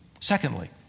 Secondly